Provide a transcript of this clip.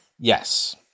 Yes